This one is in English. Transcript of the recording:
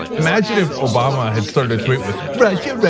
imagine if obama had started a tweet with russia.